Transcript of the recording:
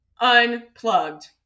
Unplugged